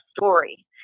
story